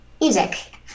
music